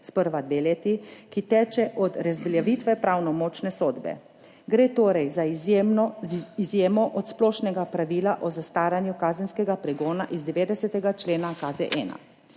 sprva dve leti, ki teče od razveljavitve pravnomočne sodbe, gre torej za izjemo od splošnega pravila o zastaranju kazenskega pregona iz 90. člena KZ-1.